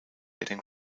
getting